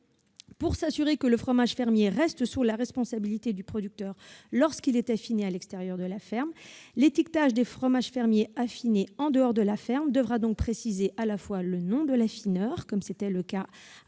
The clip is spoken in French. pour s'assurer que le fromage fermier reste sous la responsabilité du producteur lorsqu'il est affiné à l'extérieur de la ferme. L'étiquetage des fromages fermiers affinés en dehors de la ferme devra préciser à la fois le nom de l'affineur, comme c'était le cas avant